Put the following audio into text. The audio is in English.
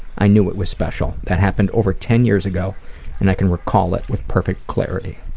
i knew it was special. that happened over ten years ago and i can recall it with perfect clarity.